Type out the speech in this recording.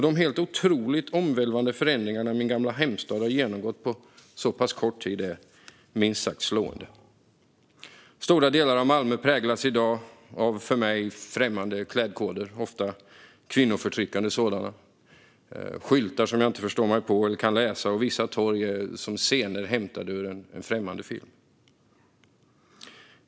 De helt otroligt omvälvande förändringar som min gamla hemstad har genomgått på så pass kort tid är minst sagt slående. Stora delar av Malmö präglas i dag av för mig främmande klädkoder, ofta kvinnoförtryckande sådana, och skyltar som jag inte förstår mig på eller kan läsa. Vissa torg är som scener hämtade ur en främmande film.